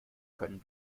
können